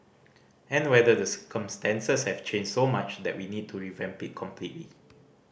and whether the circumstances have changed so much that we need to revamp it completely